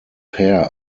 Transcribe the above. pair